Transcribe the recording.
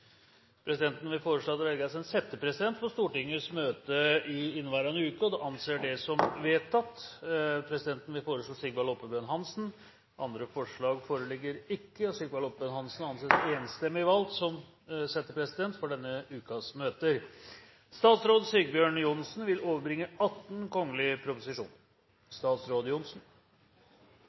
Presidenten vil foreslå at det velges en settepresident for Stortingets møter i inneværende uke – og anser det som vedtatt. Presidenten vil foreslå Sigvald Oppebøen Hansen. – Andre forslag foreligger ikke, og Sigvald Oppebøen Hansen anses enstemmig valgt som settepresident for denne ukens møter. Representanten Torbjørn Røe Isaksen vil